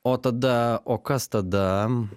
o tada o kas tada